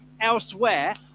elsewhere